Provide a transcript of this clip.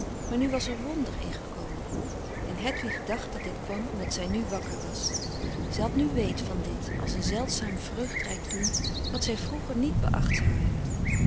maar nu was er wonder in gekomen en hedwig dacht dat dit kwam omdat zij nu wakker was zij had nu weet van dit als een zeldzaam vreugdrijk doen wat zij vroeger niet beacht zou hebben